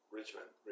Richmond